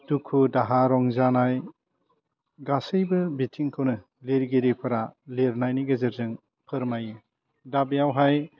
दुखु दाहा रंजानाय गासैबो बिथिंखौनो लिरगिरिफ्रा लिरनायनि गेजेरजों फोरमायो दा बेयावहाय